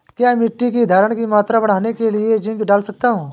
क्या मिट्टी की धरण की मात्रा बढ़ाने के लिए जिंक डाल सकता हूँ?